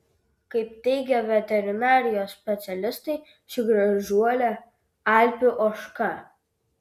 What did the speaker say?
kaip teigė veterinarijos specialistai ši gražuolė alpių ožka